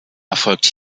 erfolgt